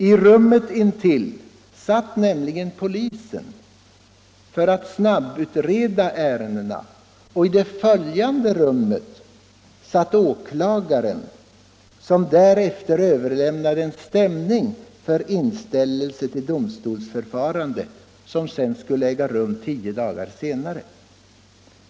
I rummet intill satt nämligen polisen för att snabbutreda ärendena, och i det följande rummet satt åklagaren som därefter överlämnade en stämning för inställelse till domstolsförhandling, som skulle äga rum tio dagar senare.